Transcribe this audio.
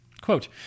Quote